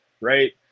right